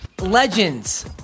legends